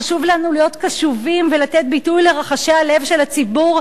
חשוב לנו להיות קשובים ולתת ביטוי לרחשי הלב של הציבור,